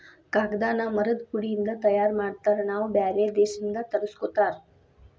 ಕಾಗದಾನ ಮರದ ಪುಡಿ ಇಂದ ತಯಾರ ಮಾಡ್ತಾರ ನಾವ ಬ್ಯಾರೆ ದೇಶದಿಂದ ತರಸ್ಕೊತಾರ